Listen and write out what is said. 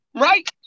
right